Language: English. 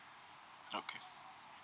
okay